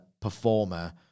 performer